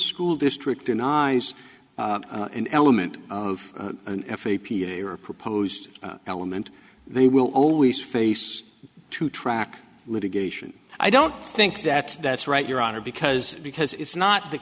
school district in eyes an element of an f a p a or proposed element they will always face to track litigation i don't think that that's right your honor because because it's not the